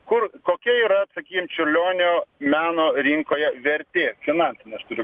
kur kokia yra sakykim čiurlionio meno rinkoje vertė finansinė aš turiu